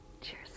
cheers